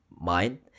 mind